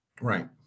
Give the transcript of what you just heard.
Right